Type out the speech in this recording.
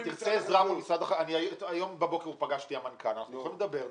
אם תרצה עזרה, אנחנו יכולים לדבר.